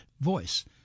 voice